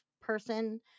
person